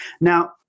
Now